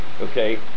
Okay